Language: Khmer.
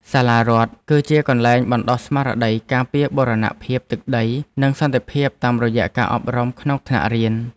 សាលារដ្ឋគឺជាកន្លែងបណ្តុះស្មារតីការពារបូរណភាពទឹកដីនិងសន្តិភាពតាមរយៈការអប់រំក្នុងថ្នាក់រៀន។